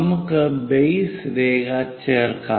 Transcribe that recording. നമുക്ക് ബേസ് രേഖ ചേർക്കാം